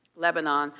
lebanon,